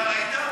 אתה ראית?